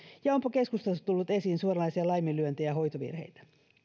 ja onpa keskustelussa tullut esiin suoranaisia laiminlyöntejä ja hoitovirheitä